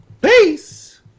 Peace